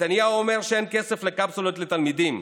נתניהו אומר שאין כסף לקפסולות לתלמידים,